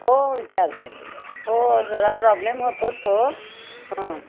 हो विचारते हो जरा प्रॉब्लेम होतोच तो हां